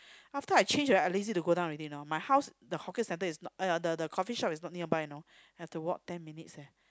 after I change already I lazy to go down already you know my house the hawker centre is not !aiya! the the coffee shop is not nearby you know have to walk ten minutes leh